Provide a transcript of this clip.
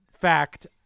fact